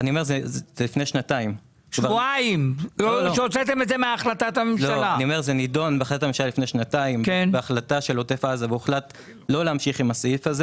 ככל שתחליט הממשלה על יותר מחמש שנים אנחנו יותר מנשמח,